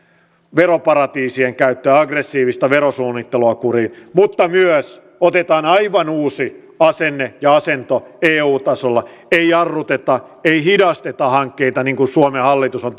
veroparatiisien käyttöä aggressiivista verosuunnittelua kuriin mutta myös otetaan aivan uusi asenne ja asento eu tasolla ei jarruteta ei hidasteta hankkeita niin kuin suomen hallitus on